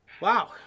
Wow